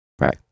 right